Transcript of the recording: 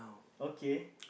okay